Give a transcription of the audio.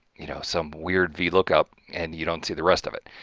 you know, some weird vlookup and you don't see the rest of it.